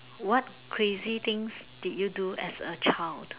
what crazy things did you do as a child